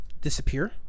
disappear